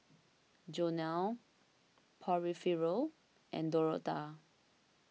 Jonell Porfirio and Dorotha